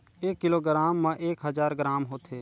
एक किलोग्राम म एक हजार ग्राम होथे